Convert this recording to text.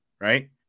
right